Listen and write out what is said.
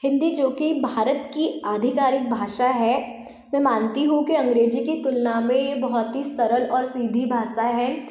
हिन्दी जो कि भारत की आधिकारिक भाषा है मैं मानती हूँ कि अंग्रेजी की तुलना में यह बहुत ही सरल और सीधी भाषा है